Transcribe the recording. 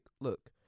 look